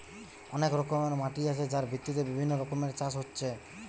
অনেক রকমের মাটি আছে যার ভিত্তিতে বিভিন্ন রকমের চাষ হচ্ছে